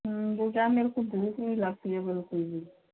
वो क्या मेरे को भूख नहीं लगती है बिलकुल भी